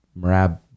marab